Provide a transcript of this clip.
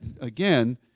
again